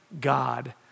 God